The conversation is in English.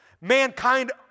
Mankind